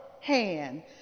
hand